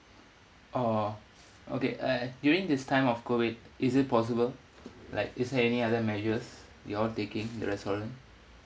oh okay uh during this time of COVID is it possible like is there any other measures you all taking the restaurant